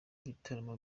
bitaramo